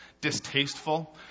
distasteful